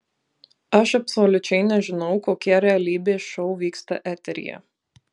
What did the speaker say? aš absoliučiai nežinau kokie realybės šou vyksta eteryje